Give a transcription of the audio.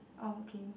orh okay